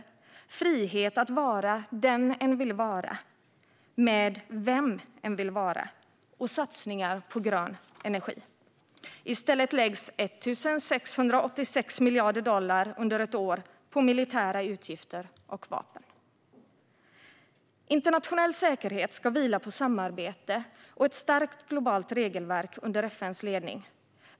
Det är frihet att vara den en vill vara, med vem en vill vara, och det är satsningar på grön energi. I stället läggs 1 686 miljarder dollar under ett år på militära utgifter och vapen. Internationell säkerhet ska vila på samarbete och ett starkt globalt regelverk under FN:s ledning.